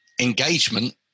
engagement